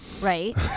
right